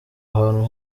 ahantu